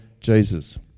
jesus